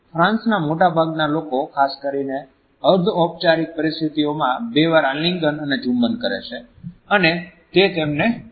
ફ્રાન્સના મોટાભાગના લોકો ખાસ કરીને અર્ધ ઔપચારીક પરિસ્થિતિઓમાં બે વાર આલિંગન અને ચુંબન કરે છે અને તે તેમને ઓક્વર્ડ લાગતું નથી